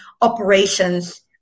operations